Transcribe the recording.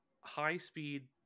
high-speed